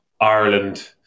Ireland